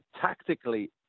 tactically